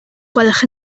gwelwch